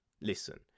listen